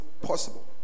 possible